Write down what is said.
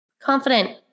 confident